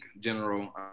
general